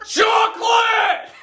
Chocolate